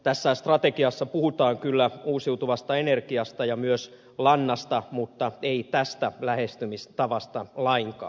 tässä strategiassa puhutaan kyllä uusiutuvasta energiasta ja myös lannasta mutta ei tästä lähestymistavasta lainkaan